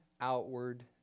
outward